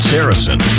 Saracen